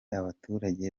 abaturage